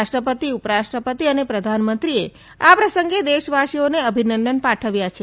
રાષ્ટ્રપતિ ઉપરાષ્ટ્રપતિ અને પ્રધાનમંત્રીએ આ પ્રસંગે દેશવાસીઓને અભિનંદન પાઠવ્યા છે